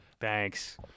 thanks